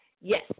Yes